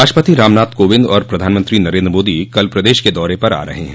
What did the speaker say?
राष्ट्रपति रामनाथ कोविंद और प्रधानमंत्री नरेन्द्र मोदी कल प्रदेश के दौरे पर आ रहे हैं